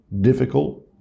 difficult